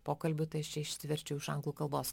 pokalbių tai aš čia išsiverčiau iš anglų kalbos